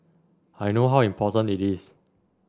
I know how important it is